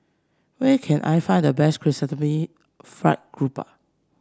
where can I find the best Chrysanthemum Fried Garoupa